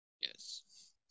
Yes